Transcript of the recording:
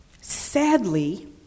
Sadly